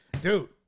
Dude